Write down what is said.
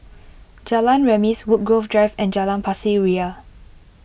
Jalan Remis Woodgrove Drive and Jalan Pasir Ria